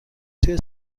توی